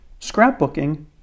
Scrapbooking